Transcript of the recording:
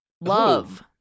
Love